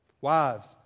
Wives